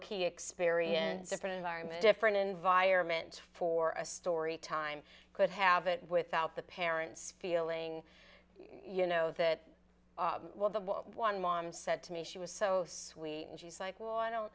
loki experience different environment different environment for a story time could have it without the parents feeling you know that well the one mom said to me she was so sweet and she's like well i don't